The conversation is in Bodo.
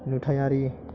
नुथायारि